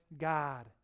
God